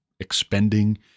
expending